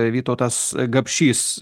vytautas gapšys